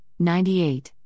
98